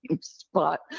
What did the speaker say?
spot